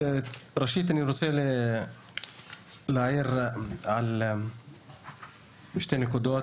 ראשית, אני רוצה להעיר שתי נקודות